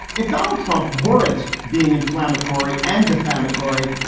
if donald trump weren't being inflammatory and defamatory,